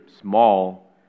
small